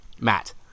Matt